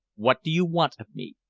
what do you want of me?